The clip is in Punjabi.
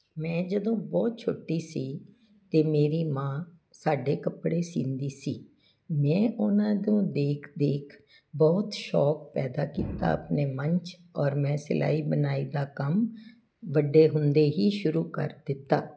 ਮੈਂ ਜਦੋਂ ਬਹੁਤ ਛੋਟੀ ਸੀ ਤਾਂ ਮੇਰੀ ਮਾਂ ਸਾਡੇ ਕੱਪੜੇ ਸੀਂਦੀ ਸੀ ਮੈਂ ਉਹਨਾਂ ਤੋਂ ਦੇਖ ਦੇਖ ਬਹੁਤ ਸ਼ੌਕ ਪੈਦਾ ਕੀਤਾ ਆਪਣੇ ਮਨ 'ਚ ਔਰ ਮੈਂ ਸਿਲਾਈ ਬੁਣਾਈ ਦਾ ਕੰਮ ਵੱਡੇ ਹੁੰਦੇ ਹੀ ਸ਼ੁਰੂ ਕਰ ਦਿੱਤਾ